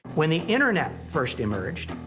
when the internet first emerged,